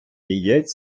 яєць